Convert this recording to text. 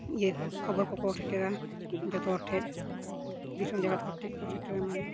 ᱤᱭᱟᱹ ᱠᱷᱚᱵᱚᱨ ᱠᱚ ᱠᱚ ᱥᱮᱴᱮᱨᱟ ᱡᱚᱛᱚ ᱦᱚᱲ ᱴᱷᱮᱱ ᱫᱤᱥᱚᱢ ᱡᱟᱠᱟᱛ ᱦᱚᱲ ᱴᱷᱮᱱ ᱠᱚ ᱥᱮᱴᱮᱨᱟ ᱢᱟᱱᱮ